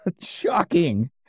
shocking